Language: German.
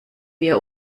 wir